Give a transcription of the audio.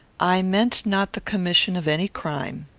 i meant not the commission of any crime.